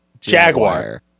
Jaguar